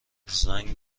زنگ